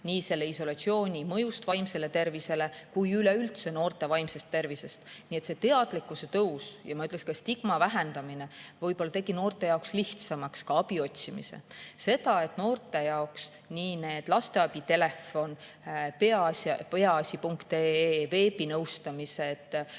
nii isolatsiooni mõjust vaimsele tervisele kui ka üleüldse noorte vaimsest tervisest. Nii et see teadlikkuse tõus ja, ma ütleksin, stigma vähendamine võib-olla tegi noorte jaoks lihtsamaks ka abi otsimise. Noorte jaoks on olemas lasteabitelefon, peaasi.ee, veebinõustamine,